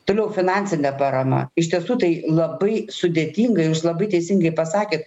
toliau finansinė parama iš tiesų tai labai sudėtinga ir jūs labai teisingai pasakėt